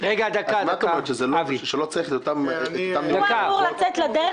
את אומרת שלא צריך --- הוא אמור לצאת לדרך